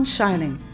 shining